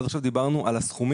עד עכשיו דיברנו על הסכומים.